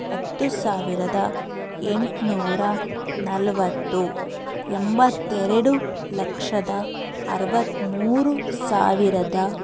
ಹತ್ತು ಸಾವಿರದ ಎಂಟುನೂರ ನಲವತ್ತು ಎಂಬತ್ತೆರಡು ಲಕ್ಷದ ಅರವತ್ತ್ಮೂರು ಸಾವಿರದ